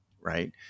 right